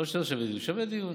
לא שזה לא שווה דיון, שווה דיון.